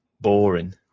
boring